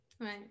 Right